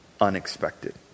unexpected